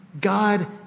God